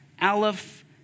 Aleph